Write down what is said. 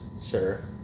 Sir